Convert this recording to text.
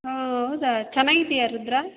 ಹಾಂ ಹೌದಾ ಚೆನ್ನಾಗಿದ್ದೀಯಾ ರುದ್ರಾ